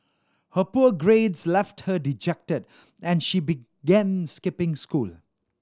her poor grades left her dejected and she began skipping school